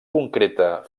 concreta